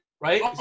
right